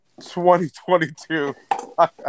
2022